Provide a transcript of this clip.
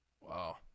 Wow